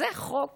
זה חוק